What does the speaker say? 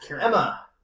Emma